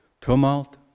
tumult